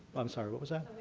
i'm sorry, what was that?